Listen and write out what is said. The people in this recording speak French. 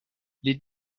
les